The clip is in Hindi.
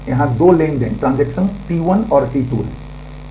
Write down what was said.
तो यहाँ दो ट्रांज़ैक्शन T1 और T2 हैं